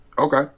Okay